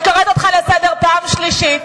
אני קוראת אותך לסדר פעם שלישית.